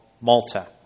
Malta